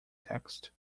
text